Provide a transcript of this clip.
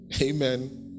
amen